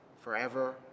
forever